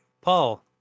Paul